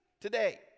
today